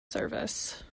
service